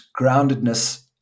groundedness